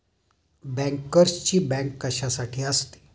बँकर्सची बँक कशासाठी असते?